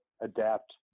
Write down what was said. adapt